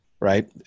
right